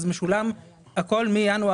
משולם כל השנה,